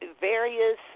various